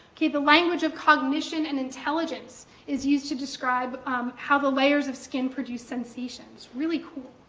the the language of cognition and intelligence is used to describe how the layers of skin produce sensation, it's really cool.